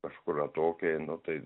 kažkur atokiai nu tai